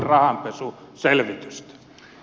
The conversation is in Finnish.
herra puhemies